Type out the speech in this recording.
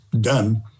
done